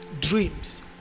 dreams